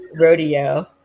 rodeo